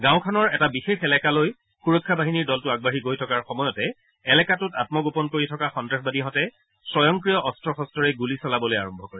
গাঁওখনৰ এটা বিশেষ এলেকালৈ সূৰক্ষা বাহিনীৰ দলটো আগবাঢ়ি গৈ থকাৰ সময়তে এলেকাটোত আমগোপন কৰি থকা সন্তাসবাদীহতে স্বয়ংক্ৰিয় অস্ত্ৰ শস্তৰে গুলী চলাবলৈ আৰম্ভ কৰে